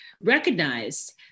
recognized